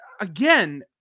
again